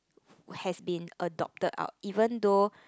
has been adopted out even though